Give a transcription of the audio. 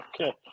okay